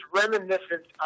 reminiscent